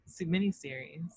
mini-series